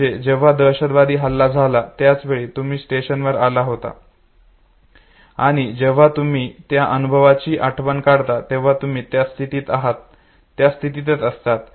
म्हणजे जेव्हा दहशतवादी हल्ला झाला त्याच वेळी तुम्ही स्टेशनवर आला होता आणि जेव्हा तुम्ही त्या अनुभवाची आठवण काढता तेव्हा तुम्ही ज्या स्थितीत आहात त्या स्थितीतच असतात